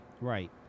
Right